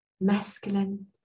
masculine